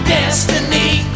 destiny